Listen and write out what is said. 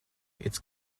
its